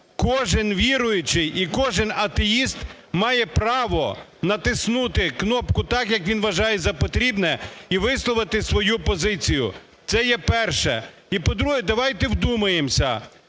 Кожний віруючий і кожен атеїст має право натиснути кнопку так, як він вважає за потрібне, і висловити свою позицію. Це є перше. І, по-друге, давайте вдумаємося,